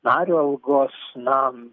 nario algos nam